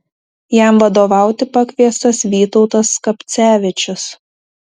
jam vadovauti pakviestas vytautas skapcevičius